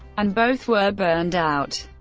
and both were burned out.